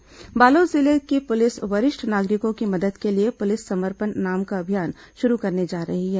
समर्पण कार्यक्रम बालोद जिले की पुलिस वरिष्ठ नागरिकों की मदद के लिए पुलिस समर्पण नाम का अभियान शुरू करने जा रही है